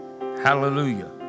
Hallelujah